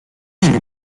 şey